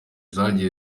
zagiye